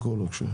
בבקשה.